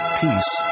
peace